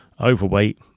overweight